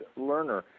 Lerner